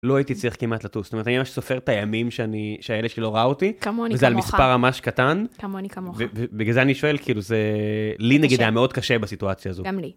לא הייתי צריך כמעט לטוס. זאת אומרת, אני ממש סופר את הימים שהילד שלי לא ראו אותי, וזה על מספר ממש קטן. כמוני כמוך. ובגלל זה אני שואל, כאילו, זה לי נגיד היה מאוד קשה בסיטואציה הזאת. גם לי.